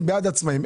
אני בעד העצמאים.